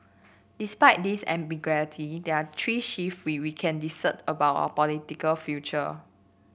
despite this ambiguity there are three shift which we can discern about our political future